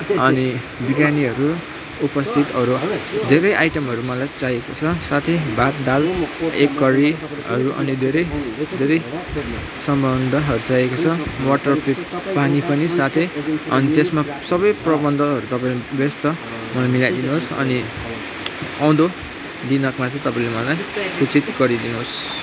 अनि बिरयानीहरू उपस्थितहरू धेरै आइटमहरू मलाई चाहिएको छ साथै भात दाल एग करीहरू अनि धेरै धेरैसम्म अन्डाहरू चाहिएको छ वाटर पानी पनि साथै अनि त्यसमा सबै प्रबन्धहरू तपाईँले व्यवस्था मिलाइदिनु होस् अनि आउँदो दिनाकमा चाहिँ तपाईँले मलाई सूचित गरिदिनु होस्